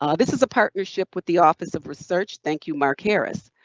um this is a partnership with the office of research, thank you mark harris.